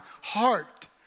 heart